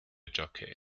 jockey